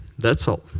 that's all.